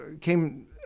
came